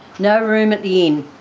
no room at the inn